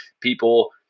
people